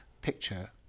picture